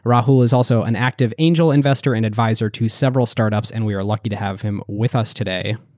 rahul is also an active angel investor and advisor to several startups and we are lucky to have him with us today.